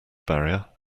barrier